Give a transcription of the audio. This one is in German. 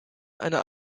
einer